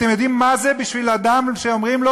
אתם יודעים מה זה בשביל אדם שאומרים לו